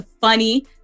funny